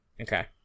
Okay